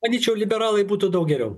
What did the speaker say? manyčiau liberalai būtų daug geriau